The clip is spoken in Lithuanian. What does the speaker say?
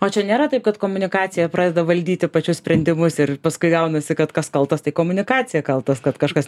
o čia nėra taip kad komunikacija pradeda valdyti pačius sprendimus ir paskui gaunasi kad kas kaltas tai komunikacija kaltas kad kažkas